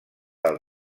del